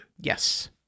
Yes